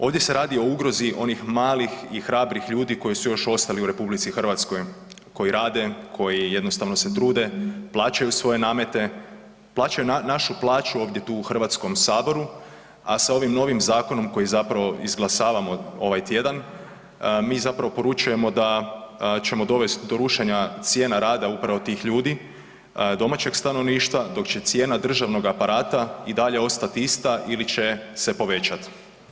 Ovdje se radi o ugrozi onih malih i hrabrih ljudi koji su još ostali u RH, koji rade, koji jednostavno se trude, plaćaju svoje namete, plaćaju našu plaću ovdje tu u Hrvatskome saboru, a sa ovim novim zakonom koji zapravo izglasavamo ovaj tjedan, mi zapravo poručujemo da ćemo dovesti do rušenja cijena rada upravo tih ljudi, domaćeg stanovništva, dok će cijena državnog aparata i dalje ostati ista ili će se povećati.